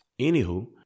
Anywho